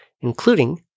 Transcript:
including